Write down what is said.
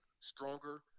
stronger